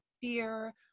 fear